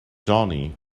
johnny